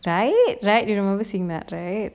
right right you know remember seeing that right